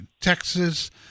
texas